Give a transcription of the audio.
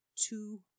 two